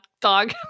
dog